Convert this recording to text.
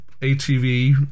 ATV